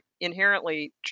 inherently